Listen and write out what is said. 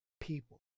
people